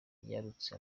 yarutse